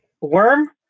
worm